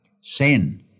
Sin